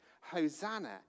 Hosanna